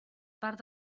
part